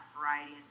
variety